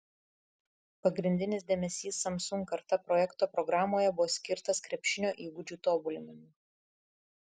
pagrindinis dėmesys samsung karta projekto programoje buvo skirtas krepšinio įgūdžių tobulinimui